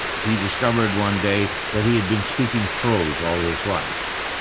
he discovered one day that he had been speaking prose all his life.